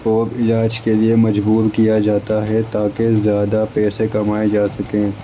اور علاج کے لیے مجبور کیا جاتا ہے تاکہ زیادہ پیسے کمائے جا سکیں